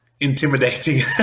intimidating